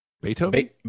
Beethoven